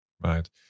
Right